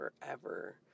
forever